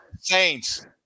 Saints